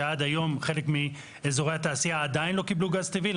שעד היום חלק מאזורי התעשייה עדיין לא קיבלו גז טבעי,